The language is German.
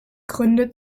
gründe